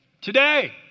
Today